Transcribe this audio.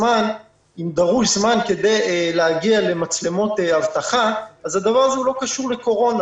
אם דרוש זמן כדי להגיע למצלמות אבטחה אז הדבר הזה לא קשור לקורונה.